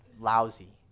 lousy